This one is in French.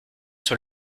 sur